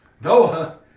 Noah